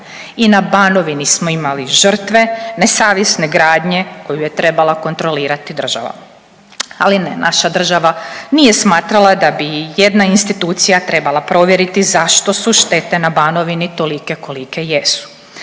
i na Banovini smo imali žrtve nesavjesne gradnje koju je trebala kontrolirati država. Ali ne, naša država nije smatrala da bi ijedna institucija trebala provjeriti zašto su štete na Banovini tolike kolike jesu.